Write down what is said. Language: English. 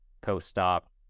post-stop